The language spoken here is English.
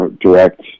direct